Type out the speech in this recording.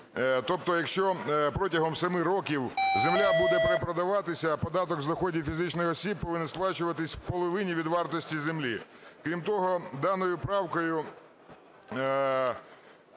Тобто, якщо протягом семи років земля буде перепродаватися, а податок з доходів фізичних осіб повинен сплачуватись в половині від вартості землі. Крім того, даною правкою